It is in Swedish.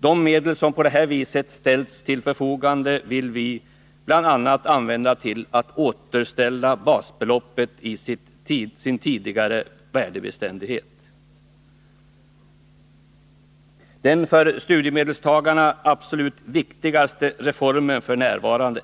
De medel som på det här viset ställs till förfogande vill vi bl.a. använda till att återställa basbeloppets tidigare värdebeständighet. Den för studiemedelstagarna absolut viktigaste reformen f. n.